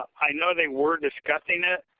i know they were discussing it,